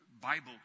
Bible